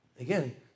Again